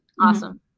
Awesome